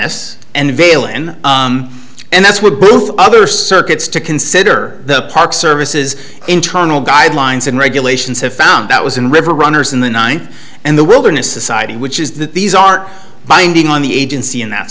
s and avail in and that's what other circuits to consider the park services internal guidelines and regulations have found that was in river runners in the nine and the wilderness society which is that these are binding on the agency in that